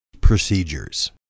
procedures